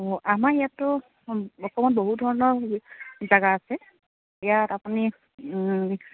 অঁ আমাৰ ইয়াততো অসমত বহুত ধৰণৰ জাগা আছে ইয়াত আপুনি